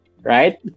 right